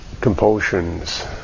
compulsions